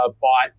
bought